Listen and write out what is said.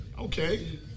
Okay